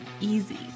easy